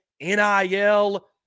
NIL